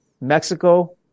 Mexico